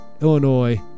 Illinois